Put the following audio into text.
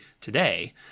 today